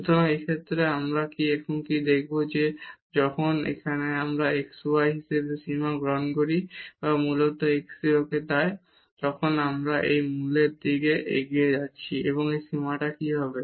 সুতরাং এই ক্ষেত্রে এবং আমরা এখন কি দেখাব যে যখন আমরা এখানে xy হিসাবে সীমা গ্রহণ করি বা মূলত এই x 0 তে যায় তখন আমরা এখানে মূলের দিকে এগিয়ে যাচ্ছি এই সীমাটি কী হবে